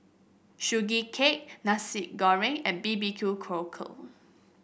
Sugee Cake Nasi Goreng and B B Q Cockle